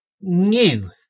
new